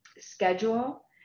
schedule